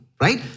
right